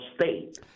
State